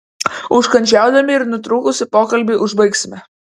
užkandžiaudami ir nutrūkusį pokalbį užbaigsime